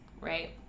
right